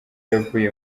yavuye